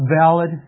valid